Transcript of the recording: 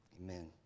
Amen